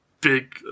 big